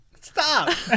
stop